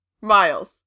Miles